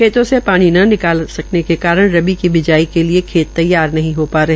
खेतों से पानी न निकाला जा सकने के कारण रबी की बिजाई के लिए खेत तैयार नहीं हो पा रहे